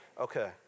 Okay